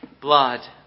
blood